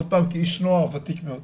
עוד פעם כאיש נוער וותיק מאוד.